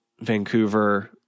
Vancouver